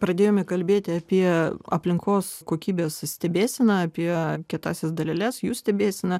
pradėjome kalbėti apie aplinkos kokybės stebėseną apie kietąsias daleles jų stebėseną